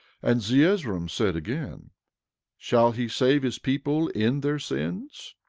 and zeezrom said again shall he save his people in their sins?